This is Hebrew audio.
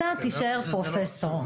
אתה תישאר פרופסור.